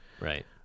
Right